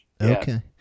Okay